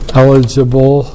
eligible